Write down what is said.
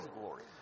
glory